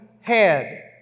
head